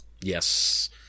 Yes